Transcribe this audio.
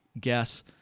guess